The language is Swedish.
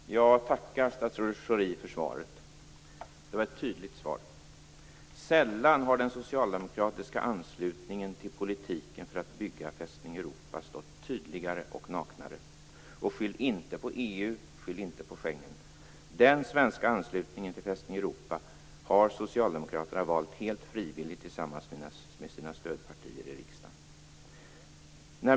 Herr talman! Jag tackar statsrådet Pierre Schori för svaret. Det var ett tydligt svar. Sällan har den socialdemokratiska anslutningen till politiken för att bygga Fästning Europa stått tydligare och naknare. Skyll inte på EU och skyll inte på Schengen! Den svenska anslutningen till Fästning Europa har Socialdemokraterna valt helt frivilligt tillsammans med sina stödpartier i riksdagen.